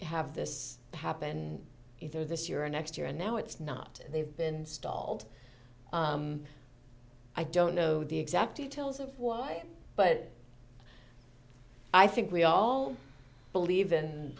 have this happen either this year or next year and now it's not they've been stalled i don't know the exact details of why but i think we all believe in